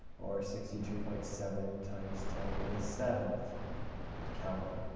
or sixty two point seven times ten to the seventh kelvin.